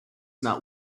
not